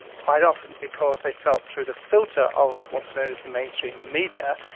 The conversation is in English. quite often because they fell through the filter of what is known as the mainstream media,